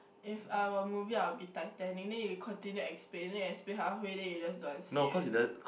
if I were a movie I will be Titanic then you continue explaining then explain halfway then you don't want to say already